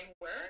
work